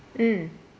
mm